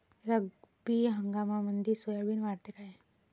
रब्बी हंगामामंदी सोयाबीन वाढते काय?